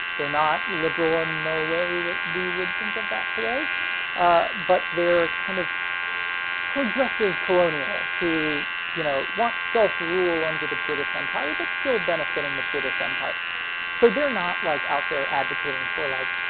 they're not liberal in the way that we would think of that today but they're kind of progressive colonials who you know want self-rule under the british empire but still benefiting the british empire so they're not like out there advocating for like